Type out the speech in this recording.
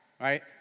Right